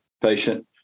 patient